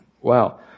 Wow